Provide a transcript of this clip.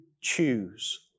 choose